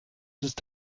ist